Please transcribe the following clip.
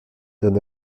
d’un